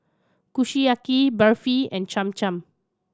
Kushiyaki Barfi and Cham Cham